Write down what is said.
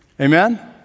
Amen